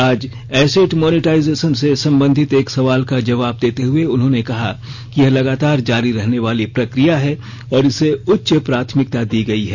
आज asset monetisation से संबंधित एक सवाल का जवाब देते हुए उन्होंने कहा कि यह लगातार जारी रहने वाली प्रक्रिया है और इसे उच्च प्राथमिकता दी गई है